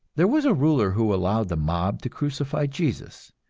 there was a ruler who allowed the mob to crucify jesus,